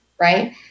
right